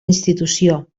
institució